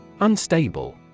Unstable